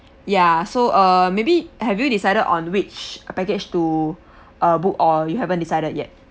ya so err maybe have you decided on which package to uh book or you haven't decided yet